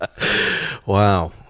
Wow